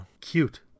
Cute